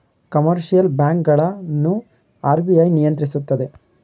commercial bank ಗಳನ್ನು RBI ನಿಯಂತ್ರಿಸುತ್ತದೆ